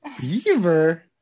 Beaver